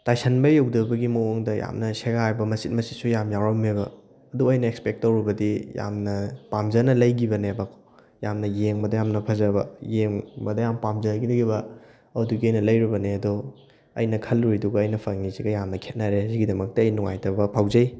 ꯇꯥꯏꯁꯟꯕ ꯌꯧꯗꯕꯒꯤ ꯃꯑꯣꯡꯗ ꯌꯥꯝꯅ ꯁꯦꯒꯥꯏꯕ ꯃꯆꯤꯠ ꯃꯆꯤꯠꯁꯨ ꯌꯥꯝ ꯌꯥꯎꯔꯝꯃꯦꯕ ꯑꯗꯨ ꯑꯩꯅ ꯑꯦꯛꯁꯄꯦꯛ ꯇꯧꯔꯨꯕꯗꯤ ꯌꯥꯝꯅ ꯄꯥꯝꯖꯅ ꯂꯩꯈꯤꯕꯅꯦꯕ ꯌꯥꯝꯅ ꯌꯦꯡꯕꯗ ꯌꯥꯝꯅ ꯐꯖꯕ ꯌꯦꯡꯕꯗ ꯌꯥꯝ ꯄꯥꯝꯖꯈꯤꯕ ꯑꯗꯨꯗꯨꯒꯤ ꯑꯩꯅ ꯂꯩꯔꯨꯕꯅꯤ ꯑꯗꯣ ꯑꯩꯅ ꯈꯜꯂꯨꯔꯤꯗꯨꯒ ꯑꯩꯅ ꯐꯪꯉꯤꯁꯤꯒꯗꯤ ꯌꯥꯝꯅ ꯈꯦꯠꯅꯔꯦ ꯑꯁꯤꯒꯤꯗꯃꯛꯇ ꯑꯩ ꯅꯨꯡꯉꯥꯏꯇꯕ ꯐꯥꯎꯖꯩ